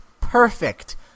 perfect